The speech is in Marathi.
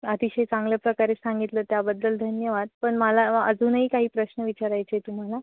अतिशय चांगल्या प्रकारे सांगितलं त्याबद्दल धन्यवाद पण मला अजूनही काही प्रश्न विचारायचे आहे तुम्हाला